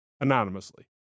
anonymously